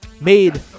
made